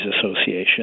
association